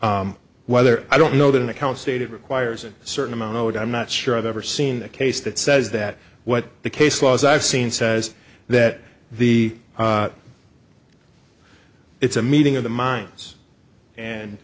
whether i don't know that an account stated requires a certain amount owed i'm not sure i've ever seen a case that says that what the case law is i've seen says that the it's a meeting of the mines and